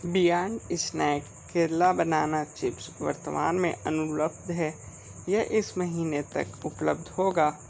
beyond snack Kerala banana chips वर्तमान में अनुपलब्ध है यह इस महीने तक उपलब्ध होगा